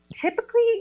typically